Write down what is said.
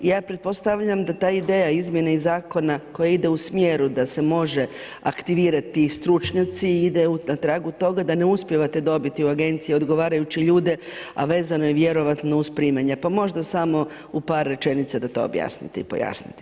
Ja pretpostavljam da ta ideja izmjene iz zakona koja ide u smjeru da se može aktivirati stručnjaci ide na tragu toga da ne uspijevate dobiti u agenciji odgovarajuće ljude a vezano vjerovatno uz primanja, pa možda samo u par rečenica da to objasnite i pojasnite.